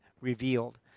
revealed